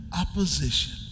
opposition